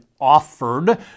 offered